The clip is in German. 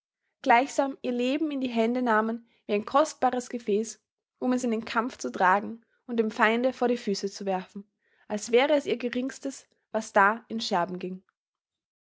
gleichsam ihr leben in die hände nahmen wie ein kostbares gefäß um es in den kampf zu tragen und dem feinde vor die füße zu werfen als wäre es ihr geringstes was da in scherben ging